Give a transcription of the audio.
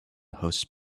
horse